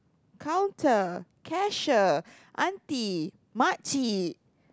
counter cashier auntie makcik